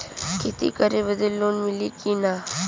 खेती करे बदे लोन मिली कि ना?